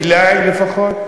אלי לפחות,